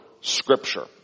Scripture